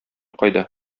кайда